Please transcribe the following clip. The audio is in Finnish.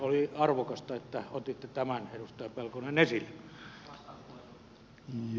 oli arvokasta että otitte tämän edustaja pelkonen esille